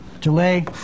delay